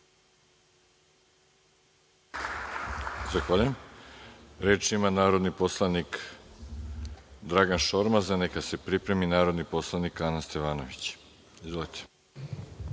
Zahvaljujem. Reč ima narodni poslanik Dragan Šormaz, a neka se pripremi narodni poslanik Ana Stevanović. Izvolite.